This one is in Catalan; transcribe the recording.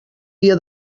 dia